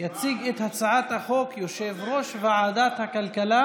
יציג את הצעת החוק יושב-ראש ועדת הכלכלה